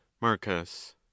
Marcus